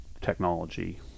technology